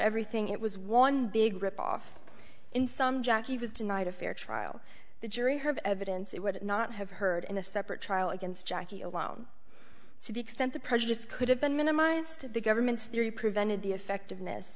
everything it was one big rip off in some jackie was denied a fair trial the jury heard evidence it would not have heard in a separate trial against jackie alone to the extent the prejudice could have been minimized to the government's theory prevented the effectiveness